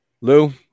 Lou